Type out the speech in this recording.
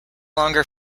longer